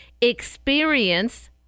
experience